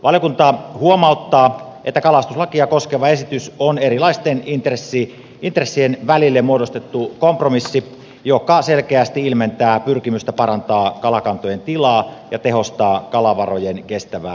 valiokunta huomauttaa että kalastuslakia koskeva esitys on erilaisten intressien välille muodostettu kompromissi joka selkeästi ilmentää pyrkimystä parantaa kalakantojen tilaa ja tehostaa kalavarojen kestävää hyödyntämistä